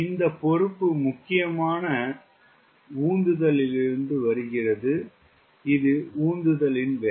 இந்த பொறுப்பு முக்கியமாக உந்துதலிலிருந்து வருகிறது இது உந்துதல் வேலை